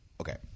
okay